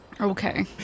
Okay